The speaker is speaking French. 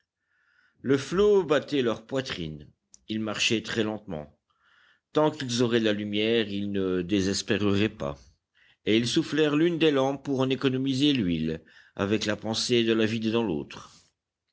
le flot battait leur poitrine ils marchaient très lentement tant qu'ils auraient de la lumière ils ne désespéreraient pas et ils soufflèrent l'une des lampes pour en économiser l'huile avec la pensée de la vider dans l'autre